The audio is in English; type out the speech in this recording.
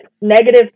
negative